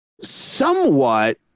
somewhat